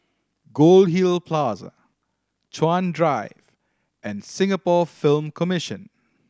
Goldhill Plaza Chuan Drive and Singapore Film Commission